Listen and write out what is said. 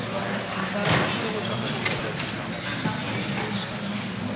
עד ארבע דקות לרשותך.